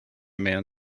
man